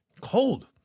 Cold